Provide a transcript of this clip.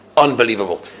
Unbelievable